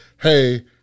Hey